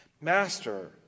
Master